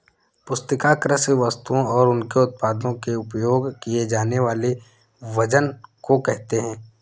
पुस्तिका कृषि वस्तुओं और उनके उत्पादों के लिए उपयोग किए जानेवाले वजन को कहेते है